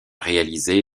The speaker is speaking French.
réalisé